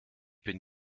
bin